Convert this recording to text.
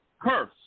curse